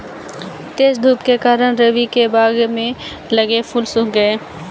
तेज धूप के कारण, रवि के बगान में लगे फूल सुख गए